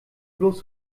bloß